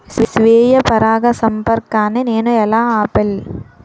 స్వీయ పరాగసంపర్కాన్ని నేను ఎలా ఆపిల్?